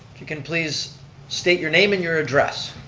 you can please state your name and your address.